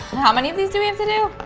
how many of these do we have to do?